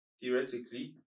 theoretically